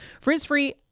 Frizz-free